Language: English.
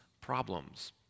problems